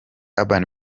urban